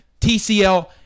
TCL